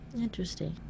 Interesting